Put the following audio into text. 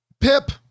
Pip